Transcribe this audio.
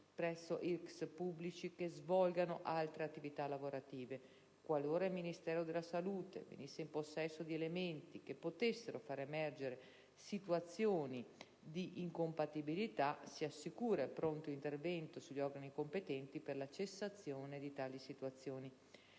presso IRCCS pubblici che svolgano altre attività lavorative: qualora il Ministero della salute venisse in possesso di elementi che potessero far emergere situazioni di incompatibilità, si assicura il pronto intervento sugli organi competenti per la cessazione di tali situazioni.